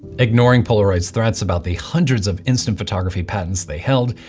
ignoring polaroid's threats about the hundreds of instant photography patents they held,